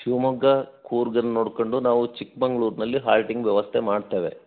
ಶಿವಮೊಗ್ಗ ಕೂರ್ಗ್ನ ನೋಡ್ಕೊಂಡು ನಾವು ಚಿಕ್ಕಮಗಳೂರ್ನಲ್ಲಿ ಹಾಲ್ಟಿಂಗ್ ವ್ಯವಸ್ಥೆ ಮಾಡ್ತೇವೆ